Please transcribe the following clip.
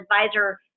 advisor